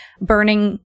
burning